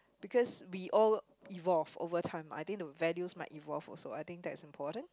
because we all evolve over time I think the values might evolve also I think that's important